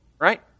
right